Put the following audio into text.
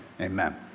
Amen